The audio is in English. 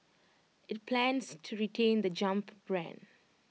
IT plans to retain the jump brand